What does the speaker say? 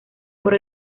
por